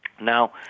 Now